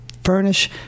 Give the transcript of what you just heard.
furnish